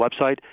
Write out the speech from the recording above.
website